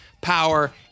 Power